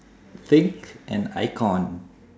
think an icon